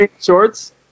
Shorts